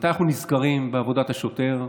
ומתי אנחנו נזכרים בעבודת השוטר,